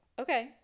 okay